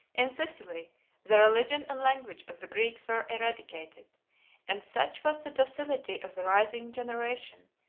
in sicily, the religion and language of the greeks were eradicated and such was the docility of the rising generation,